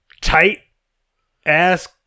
tight-ass